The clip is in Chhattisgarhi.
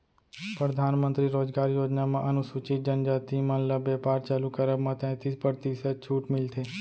परधानमंतरी रोजगार योजना म अनुसूचित जनजाति मन ल बेपार चालू करब म तैतीस परतिसत छूट मिलथे